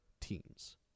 teams